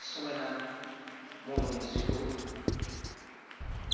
समाइना महर मुस्रिखौ